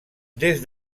des